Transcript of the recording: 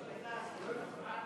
בבקשה.